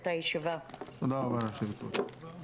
הישיבה ננעלה בשעה 11:00.